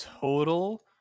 total